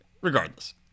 Regardless